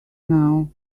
now